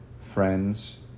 friends